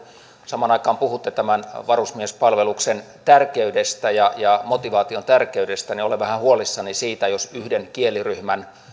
samaan aikaan puhutte tämän varusmiespalveluksen tärkeydestä ja ja motivaation tärkeydestä niin olen vähän huolissani siitä jos yhden kieliryhmän